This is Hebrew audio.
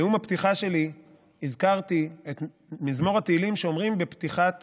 בנאום הפתיחה שלי הזכרתי את מזמור התהילים שאומרים בפתיחת